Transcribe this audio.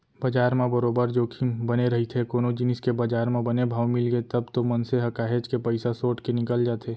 बजार म बरोबर जोखिम बने रहिथे कोनो जिनिस के बजार म बने भाव मिलगे तब तो मनसे ह काहेच के पइसा सोट के निकल जाथे